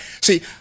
see